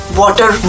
water